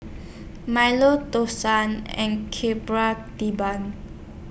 Milo Dosa and Debal